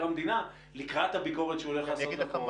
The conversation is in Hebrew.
המדינה לקראת הביקורת שהוא הולך לעשות על קורונה.